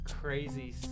crazy